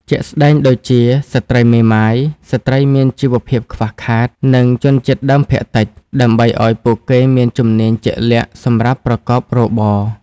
ជាក់ស្ដែងដូចជា ស្ត្រីមេម៉ាយ ស្ត្រីមានជីវភាពខ្វះខាត និងជនជាតិដើមភាគតិច ដើម្បីឱ្យពួកគេមានជំនាញជាក់លាក់សម្រាប់ប្រកបរបរ។